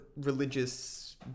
religious